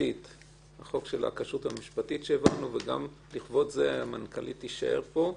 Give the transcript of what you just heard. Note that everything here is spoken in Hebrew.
המשפטית וגם לכבוד זה המנכ"לית תישאר פה.